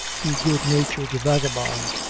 you good-natured vagabone,